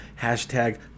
hashtag